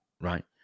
right